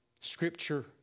scripture